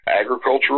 agricultural